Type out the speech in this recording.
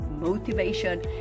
motivation